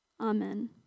Amen